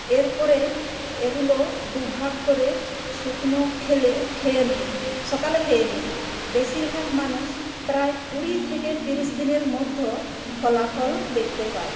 এরপরে এগুলো দুভাগ করে শুকনো খেলে খেয়ে নিন সকালে খেয়ে নিন বেশিরভাগ মানুষ প্রায় কুড়ি থেকে তিরিশ দিনের মধ্যে ফলাফল দেখতে পায়